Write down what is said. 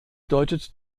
deutet